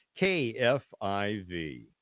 KFIV